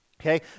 Okay